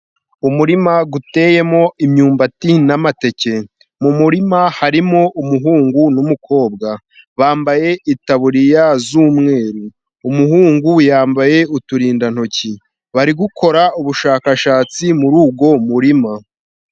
Umurima uteyemo imyumbati n'amateke, mu murima harimo umuhungu n'umukobwa, bambaye itaburiya z'umweru, umuhungu yambaye uturindantoki, bari gukora ubushakashatsi muri uwo murima.